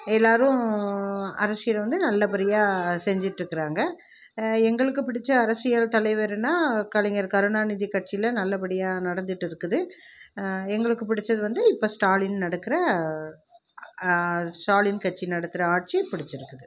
எல்லாேரும் அரசியலை வந்து நல்ல படியாக செஞ்சுட்ருக்காங்க எங்களுக்கு பிடிச்ச அரசியல் தலைவருனால் கலைஞர் கருணாநிதி கட்சியில நல்ல படியாக நடந்துகிட்ருக்குது எங்களுக்கு பிடிச்சது வந்து இப்போ ஸ்டாலின் நடக்கிற ஸ்டாலின் கட்சி நடத்துகிற ஆட்சி பிடிச்சிருக்குது